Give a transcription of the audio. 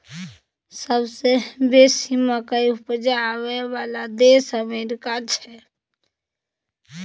सबसे बेसी मकइ उपजाबइ बला देश अमेरिका छै